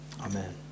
Amen